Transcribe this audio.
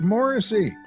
Morrissey